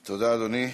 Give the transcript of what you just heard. תודה, אדוני.